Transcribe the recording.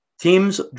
Teams